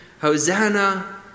Hosanna